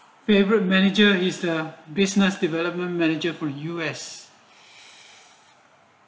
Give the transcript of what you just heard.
favourite manager is the business development manager for U_S